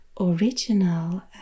Original